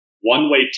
one-way